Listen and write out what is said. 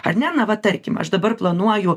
ar ne na vat tarkim aš dabar planuoju